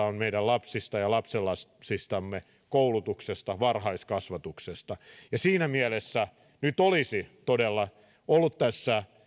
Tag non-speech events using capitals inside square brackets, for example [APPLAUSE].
[UNINTELLIGIBLE] on erityisesti meidän lapsistamme ja lapsenlapsistamme koulutuksesta varhaiskasvatuksesta siinä mielessä nyt olisi todella ollut tässä